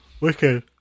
Wicked